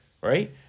right